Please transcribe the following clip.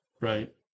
right